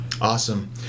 awesome